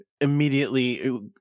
immediately